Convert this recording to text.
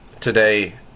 today